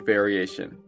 Variation